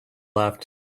left